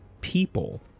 people